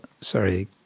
sorry